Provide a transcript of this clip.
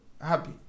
happy